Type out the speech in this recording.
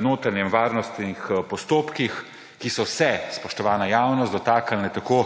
notranjih varnostnih postopkih, ki so se, spoštovana javnost, dotaknili tako